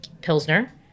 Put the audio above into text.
Pilsner